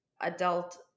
adult